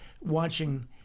watching